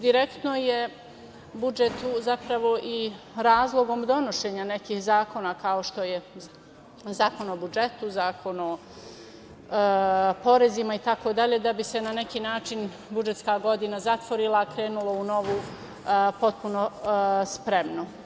Direktno je budžet tu zapravo i razlog donošenja nekih zakona, kao što je Zakon o budžetu, Zakon o porezima itd, da bi se na neki način budžetska godina zatvorila i krenulo u novu potpuno spremno.